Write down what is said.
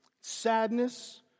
sadness